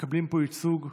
מקבלים פה ייצוג ראוי,